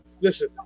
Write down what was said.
Listen